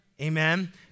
Amen